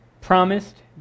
promised